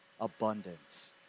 abundance